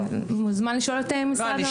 מוזמן לשאול את משרד האוצר.